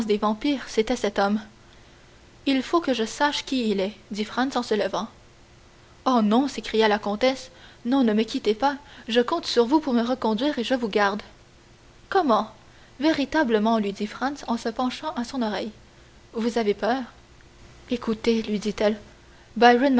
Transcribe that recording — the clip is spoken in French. c'était cet homme il faut que je sache qui il est dit franz en se levant oh non s'écria la comtesse non ne me quittez pas je compte sur vous pour me reconduire et je vous garde comment véritablement lui dit franz en se penchant à son oreille vous avez peur écoutez lui dit-elle